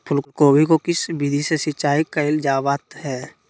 फूलगोभी को किस विधि से सिंचाई कईल जावत हैं?